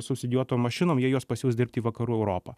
subsidijuotom mašinom jie juos pasiųs dirbti į vakarų europą